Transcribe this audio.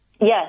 Yes